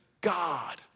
God